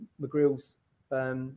McGrill's